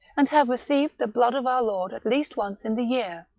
and have received the blood of our lord at least once in the year.